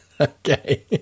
Okay